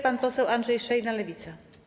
Pan poseł Andrzej Szejna, Lewica.